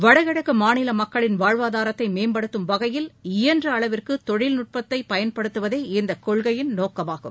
வடகிழக்கு மாநில மக்களின் வாழ்வாதாரத்தை மேம்படுத்தும் வகையில் இயன்ற அளவிற்கு தொழில்நுட்பத்தை பயன்படுத்துவதே இந்த கொள்கையின் நோக்கமாகும்